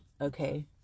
Okay